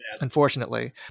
unfortunately